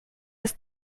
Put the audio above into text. ist